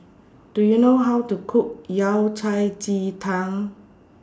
Do YOU know How to Cook Yao Cai Ji Tang